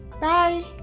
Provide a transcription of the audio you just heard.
Bye